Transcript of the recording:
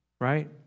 right